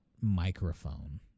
microphone